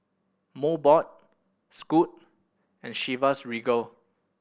Mobot Scoot and Chivas Regal